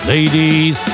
Ladies